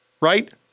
Right